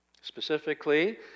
Specifically